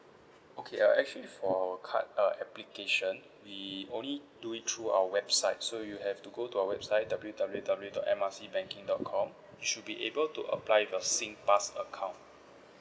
okay uh actually for our card uh application we only do it through our website so you have to go to our website W_W_W dot M R C banking dot com you should be able to apply with your singpass account